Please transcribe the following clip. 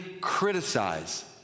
criticize